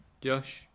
Josh